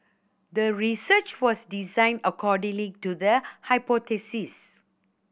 the research was designed accordingly to the hypothesis